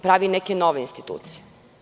Pravi neke nove institucije.